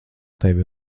tevi